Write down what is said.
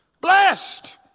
Blessed